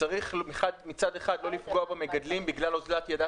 שצריך מצד אחד לא לפגוע במגדלים בגלל אוזלת ידה